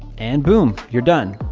and boom, you're done.